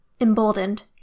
Emboldened